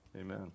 Amen